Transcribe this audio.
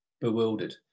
bewildered